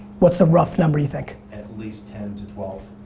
what's a rough number you think? at least ten to twelve.